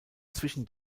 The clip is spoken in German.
zwischen